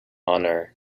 honor